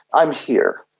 i am here,